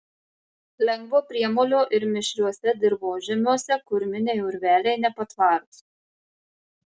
lengvo priemolio ir mišriuose dirvožemiuose kurminiai urveliai nepatvarūs